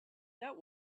that